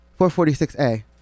446A